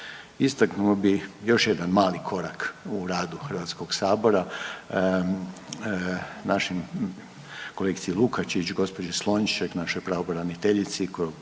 Istaknuo bi još jedan mali korak u radu HS. Našim kolegici Lukačić i gđi. Slonjšek našoj pravobraniteljici